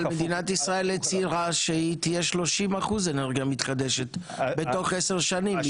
אבל מדינת ישראל הצהירה שהיא תהיה 30% אנרגיה מתחדשת בתוך עשר שנים.